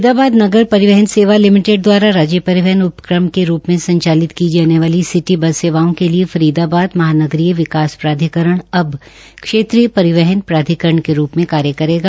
फरीदाबाद नगर परिवहन सेवा लिमिटेड दवारा राज्य परिवहन उपक्रम के रूप में संचालित की जाने वाली सिटी बस सेवाओं के लिए फरीदाबाद महानगरीय विकास प्राधिकरण अब क्षेत्रीय परिवहन प्राधिकरण के रूप में कार्य करेगा